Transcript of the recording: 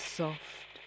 soft